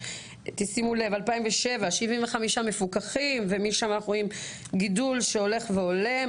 שימו לב: ב-2007 75 מפוקחים ומשם אנחנו רואים גידול הולך ועולה.